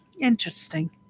interesting